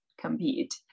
compete